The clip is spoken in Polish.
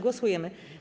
Głosujemy.